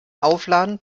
aufladen